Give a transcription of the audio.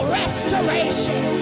restoration